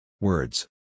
Words